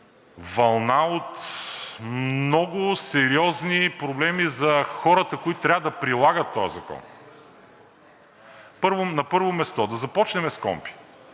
вълна от много сериозни проблеми за хората, които трябва да прилагат този закон. На първо място, да започнем с